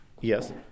yes